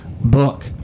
book